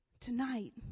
Tonight